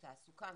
תעסוקה,